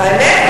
האמת,